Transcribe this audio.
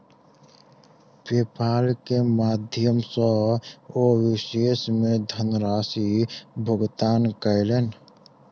PayPal के माध्यम सॅ ओ विदेश मे धनराशि भुगतान कयलैन